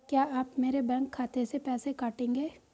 क्या आप मेरे बैंक खाते से पैसे काटेंगे?